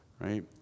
right